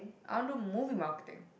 I want do movie marketing